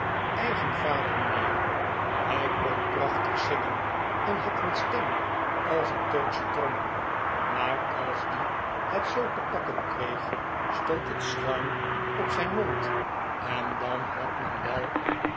eigen vader mijnheer hij kon prachtig zingen en had een stem als een turksche trom maar als die het zoo te pakken kreeg stond het schuim op zijn mond en dan had men wel